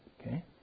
Okay